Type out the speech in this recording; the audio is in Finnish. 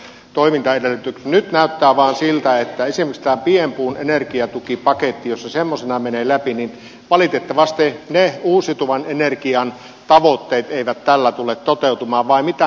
nyt näyttää vaan siltä että jos esimerkiksi tämä pienpuun energiatukipaketti semmoisenaan menee läpi niin valitettavasti ne uusiutuvan energian tavoitteet eivät tällä tule toteutumaan vai mitä mieltä ministeri on tästä